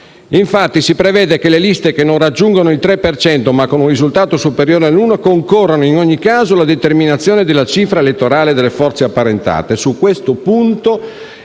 Infatti, si prevede che le liste che non raggiungano il 3 per cento, ma con un risultato superiore all'uno, concorrano in ogni caso alla determinazione della cifra elettorale delle forze apparentate.